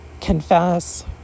Confess